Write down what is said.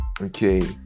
okay